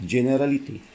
Generality